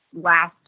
last